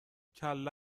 کله